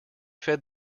fed